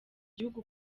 gihugu